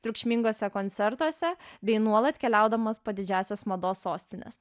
triukšminguose koncertuose bei nuolat keliaudamas po didžiąsias mados sostines